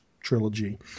trilogy